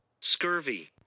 Scurvy